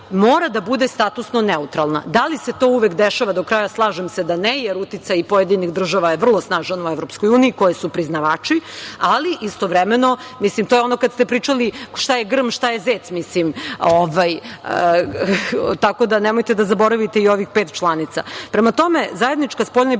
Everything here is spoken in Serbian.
mora da bude statusno neutralna. Da li se to uvek dešava do kraja? Slažem se da ne, jer uticaj pojedinih država je vrlo snažan u EU koje su priznavači, ali istovremeno… To je ono kada ste pričali šta je grm, šta je zec. Nemojte da zaboravite i ovih pet članica. Zajednička spoljna i